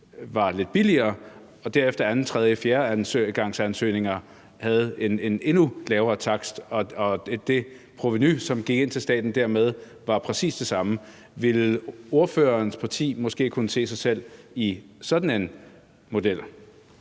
anden-, tredje- og fjerdegangsansøgninger en endnu lavere takst – og at det provenu, som gik ind til staten, dermed var præcis det samme – ville ordførerens parti måske så kunne se sig selv i sådan en model?